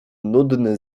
nudny